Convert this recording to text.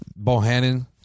Bohannon